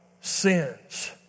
sins